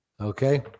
okay